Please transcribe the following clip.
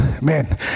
man